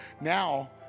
Now